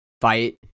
fight